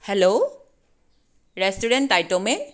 hello restaurant টাইট'মে